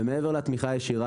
ומעבר לתמיכה הישירה,